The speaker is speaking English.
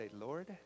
lord